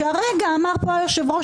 שהרגע אמר פה היושב-ראש,